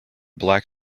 black